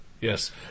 Yes